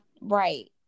right